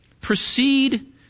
proceed